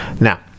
Now